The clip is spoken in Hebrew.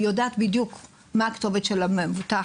היא יודעת בדיוק מה הכתובת של המבוטח,